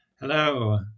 Hello